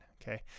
Okay